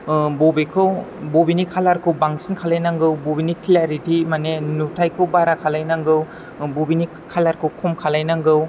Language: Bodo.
बबेखौ बबेनि खालारखौ बांसिन खालामनांगौ बबेनि क्लियारिथि माने नुथाइखौ बारा खालायनांगौ बबेनि खालारखौ खम खालामनांगौ